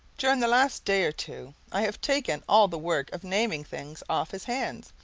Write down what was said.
during the last day or two i have taken all the work of naming things off his hands,